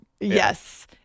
Yes